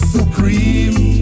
Supreme